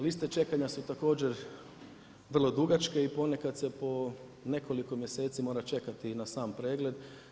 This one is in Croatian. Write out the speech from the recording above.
Liste čekanja su također vrlo dugačke i ponekad se po nekoliko mjeseci mora čekati na sam pregled.